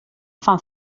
fan